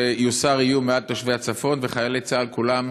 שיוסר איום מעל תושבי הצפון וחיילי צה"ל כולם